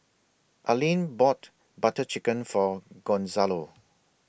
Aleen bought Butter Chicken For Gonzalo